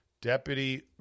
Deputy